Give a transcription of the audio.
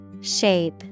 Shape